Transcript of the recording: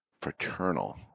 Fraternal